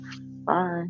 bye